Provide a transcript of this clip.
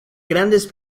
grandes